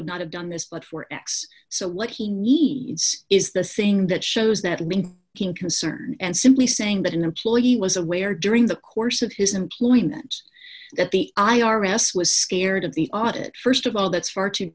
would not have done this but four x so what he needs is the saying that shows that men can concern and simply saying that an employee was aware during the course of his employment that the i r s was scared of the audit st of all that's far too